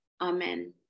amen